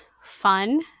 fun